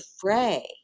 fray